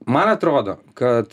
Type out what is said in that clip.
man atrodo kad